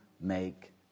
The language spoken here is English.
make